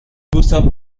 gustav